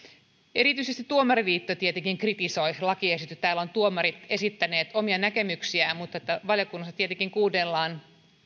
erityisesti tuomariliitto tietenkin kritisoi lakiesitystä täällä ovat tuomarit esittäneet omia näkemyksiään mutta valiokunnassa tietenkin kuunnellaan